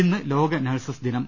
ഇന്ന് ലോക നഴ്സസ് ദിനം